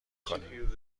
کنین